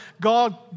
God